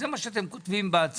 זה מה שאתם כותבים בהצעה.